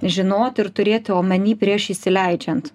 žinot ir turėt omeny prieš įsileidžiant